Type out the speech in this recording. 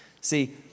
See